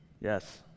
Yes